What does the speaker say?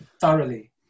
thoroughly